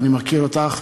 ואני מכיר אותך,